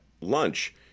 lunch